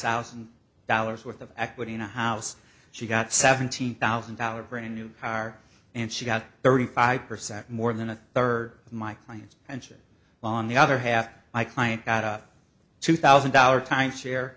thousand dollars worth of equity in a house she got seventeen thousand dollars for a new car and she got thirty five percent more than a third of my clients and shit on the other half my client got a two thousand dollar timeshare